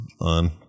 on